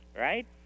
right